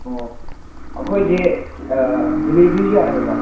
ꯑꯣ ꯑꯩꯈꯣꯏꯁꯦ ꯗꯤꯂꯤꯚꯔꯤꯁꯨ ꯌꯥꯏꯌꯦꯕꯀꯣ